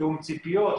תיאום ציפיות,